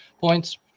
points